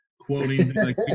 quoting